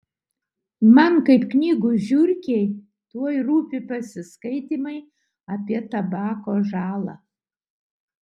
man kaip knygų žiurkei tuoj rūpi pasiskaitymai apie tabako žalą